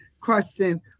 question